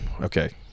okay